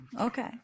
Okay